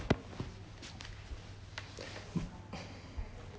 yeah